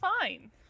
fine